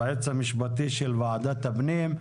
היועץ המשפטי של ועדת הפנים.